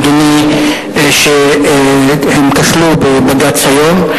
אדוני, הן כשלו בבג"ץ היום.